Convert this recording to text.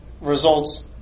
results